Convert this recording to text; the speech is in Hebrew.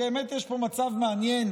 כי באמת יש פה מצב מעניין,